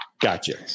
Gotcha